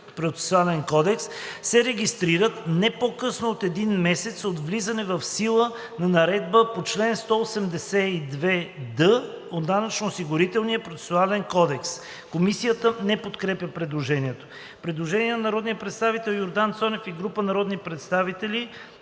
се регистрират не по-късно от един месец от влизане в сила на наредбата по чл. 182д от Данъчно-осигурителния процесуален кодекс.“ Комисията не подкрепя предложението. Предложение на народния представител Йордан Цонев и група народни представители